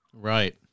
Right